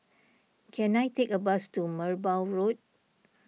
can I take a bus to Merbau Road